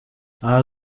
aha